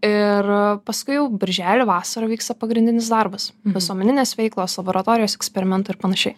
ir paskui jau birželį vasarą vyksta pagrindinis darbas visuomeninės veiklos laboratorijos eksperimentų ir panašiai